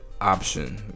option